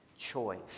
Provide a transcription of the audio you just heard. choice